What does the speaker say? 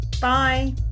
Bye